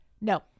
No